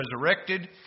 resurrected